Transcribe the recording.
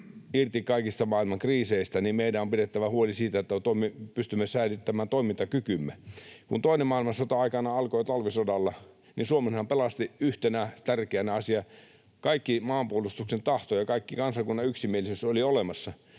irti kaikista maailman kriiseistä, niin meidän on pidettävä huoli siitä, että pystymme säilyttämään toimintakykymme. Kun toinen maailmansota aikanaan alkoi talvisodalla, niin kaikki maanpuolustuksen tahto ja kaikki kansakunnan yksimielisyys olivat olemassa,